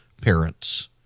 parents